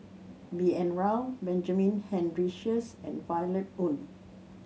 B N Rao Benjamin Henry Sheares and Violet Oon